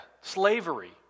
Slavery